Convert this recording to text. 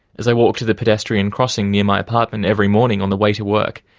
as i walk to the pedestrian crossing near my apartment every morning on the way to work,